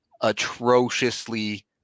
atrociously